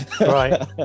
Right